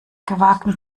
gewagten